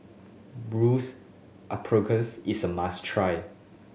is a must try